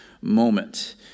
moment